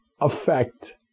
affect